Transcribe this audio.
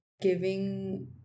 giving